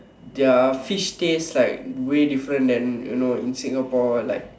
their fish taste like way different than you know in Singapore like